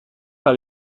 par